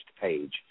page